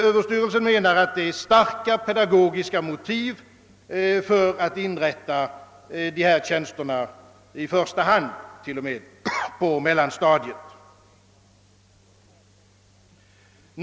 Överstyrelsen menar, att det finns starka pedagogiska motiv för att inrätta dessa tjänster — i första hand ft. 0. m. på mellanstadiet.